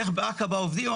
איך בעקבה עובדים,